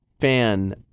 fan